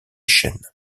chaînes